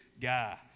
guy